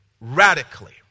radically